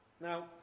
Now